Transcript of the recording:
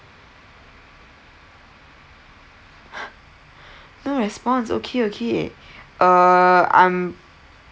no response okay okay err I'm